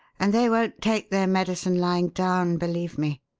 and they won't take their medicine lying down, believe me.